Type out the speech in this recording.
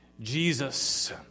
Jesus